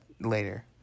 later